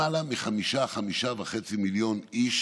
למעלה מחמישה, חמישה וחצי מיליון איש